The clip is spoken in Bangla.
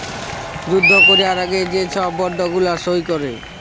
যুদ্ধ ক্যরার আগে যে ছব বল্ড গুলা সই ক্যরে